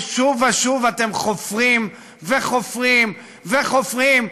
ושוב ושוב אתם חופרים וחופרים וחופרים,